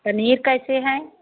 पनीर कैसे है